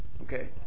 okay